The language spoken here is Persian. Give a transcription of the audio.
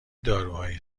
داروهایی